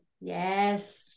Yes